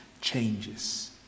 changes